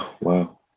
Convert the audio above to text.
wow